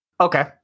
Okay